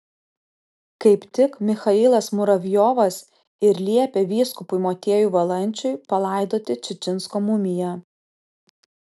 kaip tik michailas muravjovas ir liepė vyskupui motiejui valančiui palaidoti čičinsko mumiją